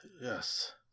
Yes